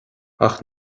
ach